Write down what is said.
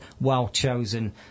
well-chosen